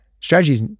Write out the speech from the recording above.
Strategies